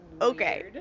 Okay